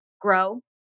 grow